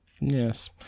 yes